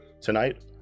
tonight